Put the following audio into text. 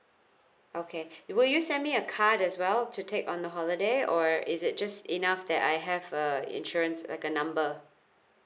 okay will you send me a card as well to take on the holiday or is it just enough that I have a insurance like a number